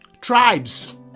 tribes